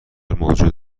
موجود